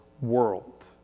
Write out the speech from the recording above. world